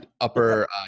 upper